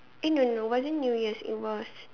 eh no no wasn't new year's it was